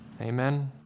Amen